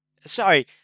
sorry